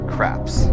Craps